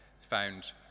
found